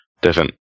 different